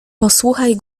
posłuchaj